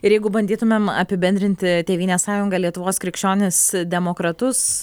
ir jeigu bandytumėm apibendrinti tėvynės sąjungą lietuvos krikščionis demokratus